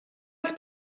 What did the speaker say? els